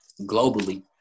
globally